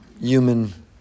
human